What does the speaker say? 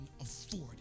afford